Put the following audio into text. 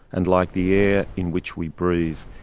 and like the air in which we breathe.